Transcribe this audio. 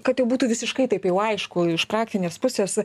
kad jau būtų visiškai taip jau aišku iš praktinės pusės